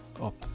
up